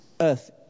earth